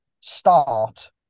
start